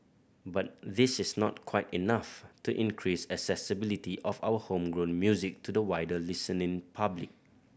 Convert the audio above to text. but this is not quite enough to increase accessibility of our homegrown music to the wider listening public